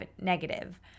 negative